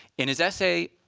in his essay,